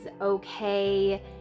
okay